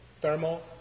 thermal